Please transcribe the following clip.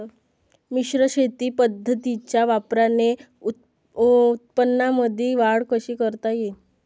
मिश्र शेती पद्धतीच्या वापराने उत्पन्नामंदी वाढ कशी करता येईन?